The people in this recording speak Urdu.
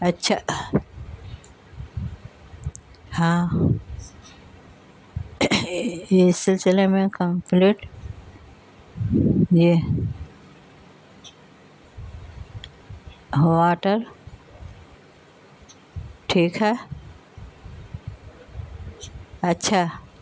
اچھا ہاں یہ سلسلے میں کمپلیٹ یہ واٹر ٹھیک ہے اچھا